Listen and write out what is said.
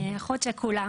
אחות שכולה